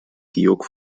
georg